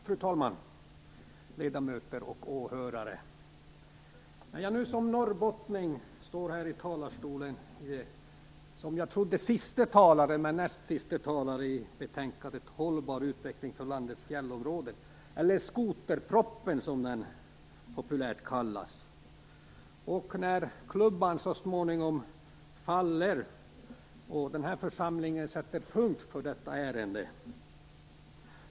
Fru talman, ledamöter och åhörare! Som norrbottning står jag här i talarstolen inte som den siste, men som den näst siste talaren i debatten om betänkandet Hållbar utveckling i landets fjällområden eller "skoterproppen", som den populärt kallas. När klubban så småningom faller sätter den här församlingen punkt för detta ärende.